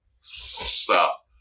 stop